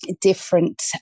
different